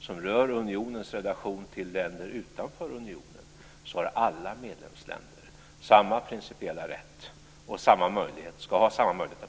som rör unionens relationer till länder utanför unionen, har alla medlemsländer samma principiella rätt och möjlighet att påverka besluten.